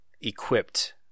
equipped